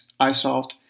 iSolved